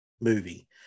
movie